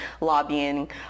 Lobbying